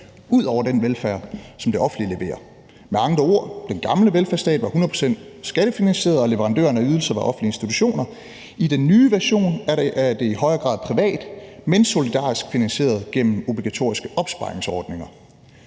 ud over den velfærd, som det offentlige leverer. Med andre ord: Den gamle velfærdsstat var hundrede procent skattefinansieret, og leverandørerne af ydelser var offentlige institutioner. I den nye version er det i højere grad privat, men solidarisk finansieret gennem obligatoriske opsparingsordninger.